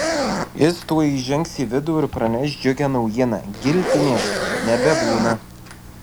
jis tuoj įžengs į vidų ir praneš džiugią naujieną giltinės nebebūna